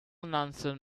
nonsense